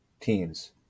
teams